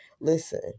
Listen